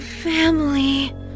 family